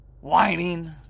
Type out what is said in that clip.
whining